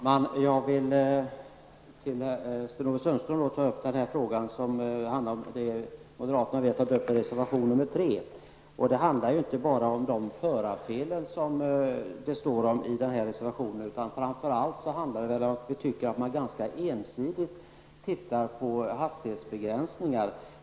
Herr talman! Jag vill med Sten-Ove Sundström diskutera den fråga som tas upp i reservation 3. Den handlar ju inte bara om förarfelen, utan framför allt tycker vi reservanter att man ganska ensidigt har tittat på hastighetsbegränsningar.